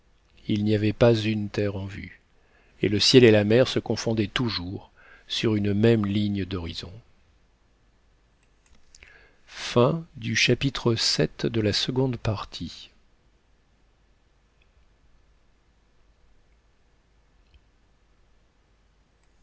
il n'y avait pas une terre en vue et le ciel et la mer se confondaient toujours sur une même ligne d'horizon